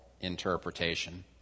interpretation